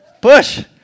Push